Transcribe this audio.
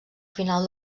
final